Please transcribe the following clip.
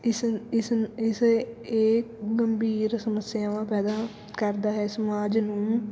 ਇਸ ਇਸ ਇਸੇ ਇਹ ਗੰਭੀਰ ਸਮੱਸਿਆਵਾਂ ਪੈਦਾ ਕਰਦਾ ਹੈ ਸਮਾਜ ਨੂੰ